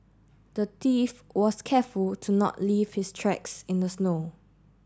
the thief was careful to not leave his tracks in the snow